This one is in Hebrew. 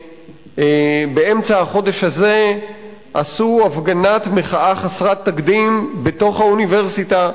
שבאמצע החודש הזה עשו הפגנת מחאה חסרת תקדים בתוך האוניברסיטה,